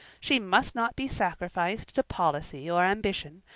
she must not be sacrificed to policy or ambition,